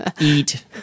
eat